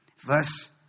Verse